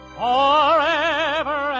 forever